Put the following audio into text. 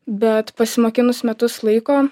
bet pasimokinus metus laiko